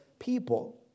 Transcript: people